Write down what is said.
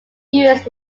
used